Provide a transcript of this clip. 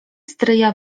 stryja